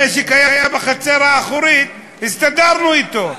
הנשק היה בחצר האחורית, הסתדרנו אתו.